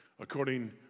According